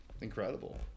incredible